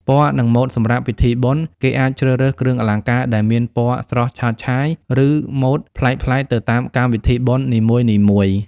ពណ៌ និង ម៉ូដសម្រាប់ពិធីបុណ្យ គេអាចជ្រើសរើសគ្រឿងអលង្ការដែលមានពណ៌ស្រស់ឆើតឆាយ ឬ ម៉ូដប្លែកៗទៅតាមកម្មវិធីបុណ្យនីមួយៗ។